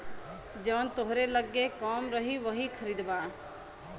जवन तोहरे लग्गे कम रही वही खरीदबा